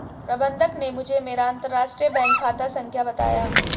प्रबन्धक ने मुझें मेरा अंतरराष्ट्रीय बैंक खाता संख्या बताया